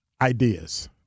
ideas